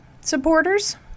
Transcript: supporters